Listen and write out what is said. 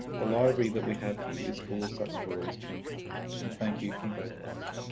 the library that we have here is full of such stories to uncover and thank you from both of us.